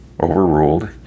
Overruled